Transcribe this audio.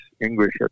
English